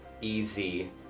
easy